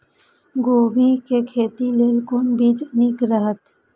कोबी के खेती लेल कोन बीज निक रहैत?